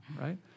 right